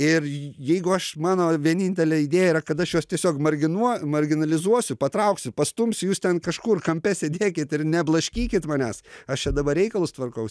ir jeigu aš mano vienintelė idėja yra kad aš juos tiesiog marginuo marginalizuosiu patrauksiu pastumsiu jūs ten kažkur kampe sėdėkit ir neblaškykit manęs aš čia dabar reikalus tvarkaus